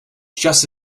just